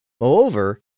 Moreover